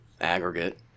aggregate